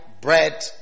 bread